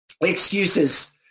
Excuses